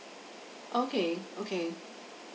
okay okay